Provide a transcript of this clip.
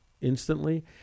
instantly